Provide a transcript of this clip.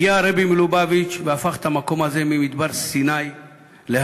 הגיע הרבי מלובביץ' והפך את המקום הזה ממדבר סיני להר-סיני.